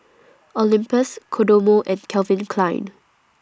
Olympus Kodomo and Calvin Klein